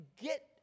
get